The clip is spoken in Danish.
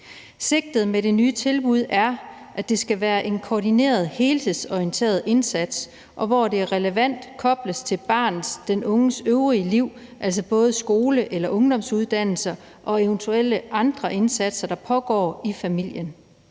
Sigtet med det nye tilbud er, at det skal være en koordineret og helhedsorienteret indsats, som, hvor det er relevant, kobles til barnets eller den unges øvrige liv, altså både skole eller ungdomsuddannelser og eventuelle andre indsatser, der pågår i familien.